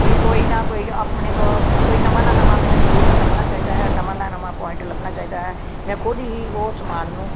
ਵੀ ਕੋਈ ਨਾ ਕੋਈ ਆਪਣੇ ਤੋਂ ਕੋਈ ਨਵਾਂ ਨਾ ਨਵਾਂ ਮੈਨੂੰ ਸਲਊਸ਼ਨ ਲੱਭਣਾ ਚਾਹੀਦਾ ਹੈ ਨਵਾਂ ਦਾ ਨਵਾਂ ਪੁਆਇੰਟ ਲੱਭਣਾ ਚਾਹੀਦਾ ਹੈ ਮੈਂ ਖੁਦ ਹੀ ਉਹ ਸਮਾਨ ਨੂੰ